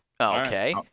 Okay